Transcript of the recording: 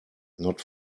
not